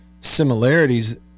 similarities